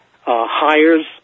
hires